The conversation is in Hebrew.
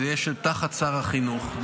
זה יהיה תחת שר החינוך,